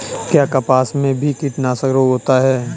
क्या कपास में भी कीटनाशक रोग होता है?